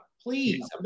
Please